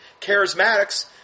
Charismatics